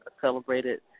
celebrated